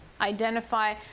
identify